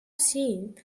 seen